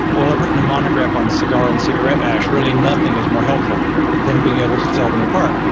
well, i've written a monograph on cigar and cigarette ash, really nothing is more helpful than being able to tell them apart.